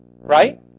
right